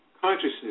consciousness